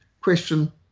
question